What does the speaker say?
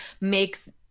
makes